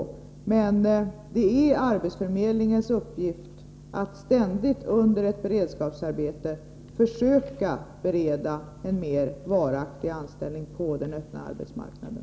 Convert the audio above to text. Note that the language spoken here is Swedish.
Det är arbetsförmedlingens sak att under ett beredskapsarbete ständigt försöka bereda en mer varaktig anställning på den öppna arbetsmarknaden.